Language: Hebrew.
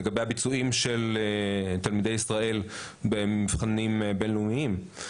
לגבי הביצועים של תלמידי ישראל במבחנים בינלאומיים.